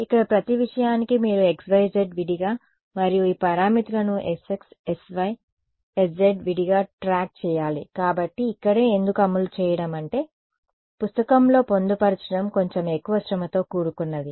ఇక్కడ ప్రతి విషయానికి మీరు xyz విడిగా మరియు ఈ పారామితులు sx sy sz విడిగా ట్రాక్ చేయాలి కాబట్టి ఇక్కడే ఎందుకు అమలు చేయడం అంటే పుస్తకంలో పొందుపరచడం కొంచెం ఎక్కువ శ్రమతో కూడుకున్నది